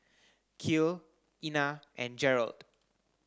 Kiel Ena and Jerrold